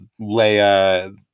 Leia